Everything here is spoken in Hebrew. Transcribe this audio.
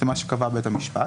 מה שקבע בית המשפט